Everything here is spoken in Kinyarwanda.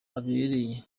abereye